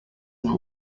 and